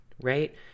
right